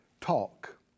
talk